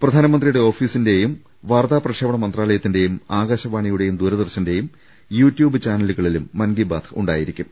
പ്രധാനമന്ത്രിയുടെ ഓഫീസിന്റെയും വാർത്താ പ്രക്ഷേപണ മന്ത്രാലയത്തിന്റെയും ആകാശ വാണിയുടെയും ദൂരദർശന്റെയും യൂ ട്യൂബ്പ് ചാനലുകളിലും മൻ കി ബാത് ഉണ്ടായിരിക്കും